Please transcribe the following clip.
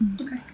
Okay